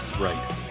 Right